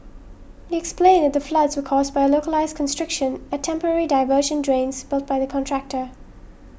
he explained that the floods were caused by a localised constriction at temporary diversion drains built by the contractor